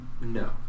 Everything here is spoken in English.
no